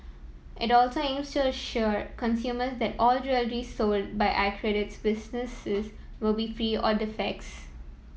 it also aims to assure consumers that all jewellery sold by accredited businesses will be free or defects